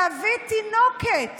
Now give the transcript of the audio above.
להביא תינוקת